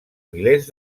milers